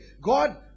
God